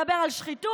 מדבר על שחיתות